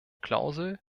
klausel